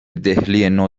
دهلینو